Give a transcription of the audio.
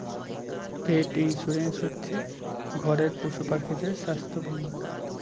পেট insurance হচ্ছে ঘরের পশুপাখিদের স্বাস্থ্য বীমা